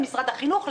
למשרד החינוך,